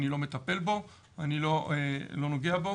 אני לא מטפל בו ולא נוגע בו.